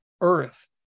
Earth